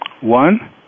One